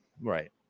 right